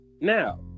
now